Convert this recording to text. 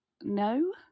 no